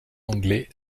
anglais